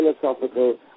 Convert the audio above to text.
philosophical